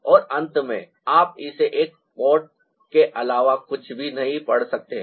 और अंत में आप इसे एक पॉट के अलावा कुछ भी नहीं पढ़ सकते हैं